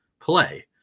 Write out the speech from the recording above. play